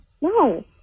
No